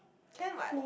can what